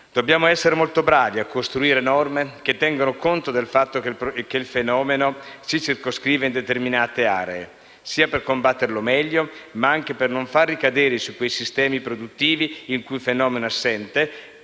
Dobbiamo essere molto bravi a costruire norme che tengano conto del fatto che il fenomeno si circoscrive in determinate aree per combatterlo meglio, ma anche per non far ricadere su quei sistemi produttivi in cui fenomeno è assente